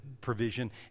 provision